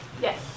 Yes